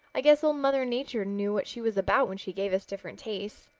i guess old mother nature knew what she was about when she gave us different tastes.